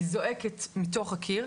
היא זועקת מתוך הקיר.